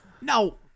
no